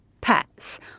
pets